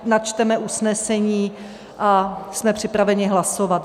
Načteme usnesení a jsme připraveni hlasovat.